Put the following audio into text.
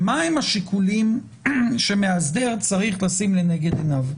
מהם השיקולים שמאסדר צריך לשים לנגד עיניו.